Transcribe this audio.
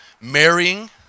marrying